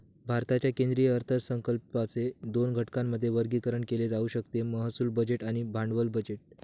भारताच्या केंद्रीय अर्थसंकल्पाचे दोन घटकांमध्ये वर्गीकरण केले जाऊ शकते महसूल बजेट आणि भांडवली बजेट